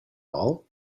all